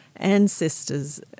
Ancestors